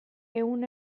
ehun